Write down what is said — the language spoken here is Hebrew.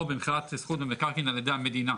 פה, במכירות זכות במקרקעין על ידי המדינה,